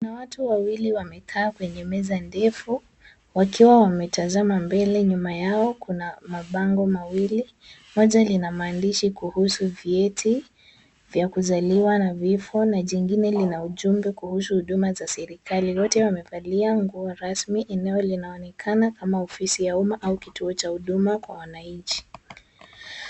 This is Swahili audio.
Kuna watu wawili wamekaa kwenye meza ndefu. Wakiwa wame tazama mbele. Nyuma yao, wanakupa mbango mawili: moja ni la maandishi kuhusu vyeti, vya kuzaliwa na vifo, na jingine ni la ujumbe kuhusu huduma za serikali. Wote wamevalia nguo rasmi. Eneo linao nekana kama ofisi ya umma au kituo cha huduma kwa wananchi.